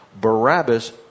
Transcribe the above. barabbas